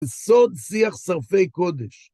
בסוד שיח שרפי קודש